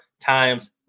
times